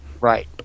right